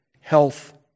health